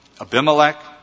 Abimelech